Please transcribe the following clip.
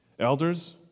Elders